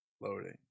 Loading